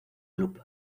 club